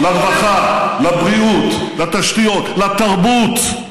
לרווחה, לבריאות, לתשתיות, לתרבות,